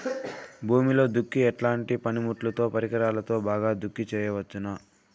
భూమిలో దుక్కి ఎట్లాంటి పనిముట్లుతో, పరికరాలతో బాగా దుక్కి చేయవచ్చున?